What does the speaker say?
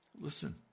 listen